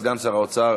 סגן שר האוצר